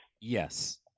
Yes